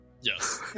Yes